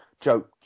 joke